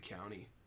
County